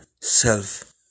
self